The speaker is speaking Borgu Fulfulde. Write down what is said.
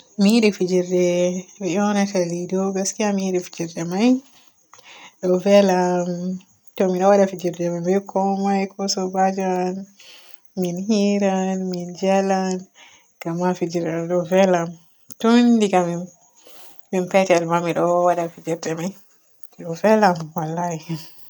Mi yiɗi fijirde be yoonata liɗo. Gaskiya mi yiɗi fijirde may ɗo vela am. To mi ɗo waada fijirde may be koomai ko soobajo am min hiran min jaalan gamma fijirde ɗo ɗo vela am umm. Ton diga min petel ma mi ɗo waada fijirde may ɗo velem wallahi